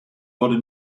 wurde